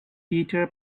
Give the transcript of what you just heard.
peter